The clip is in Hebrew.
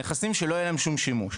נכסים שלא יהיה להם שום שימוש.